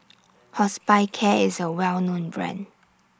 Hospicare IS A Well known Brand